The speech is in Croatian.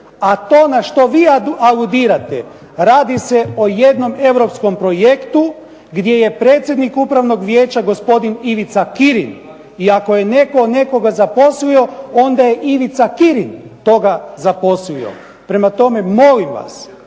A to na što vi aludirate radi se o jednom europskom projektu gdje je predsjednik upravnog vijeća gospodin Ivica Kirin i ako je netko nekoga zaposlio onda je Ivica Kirin toga zaposlio. Prema tome, molim vas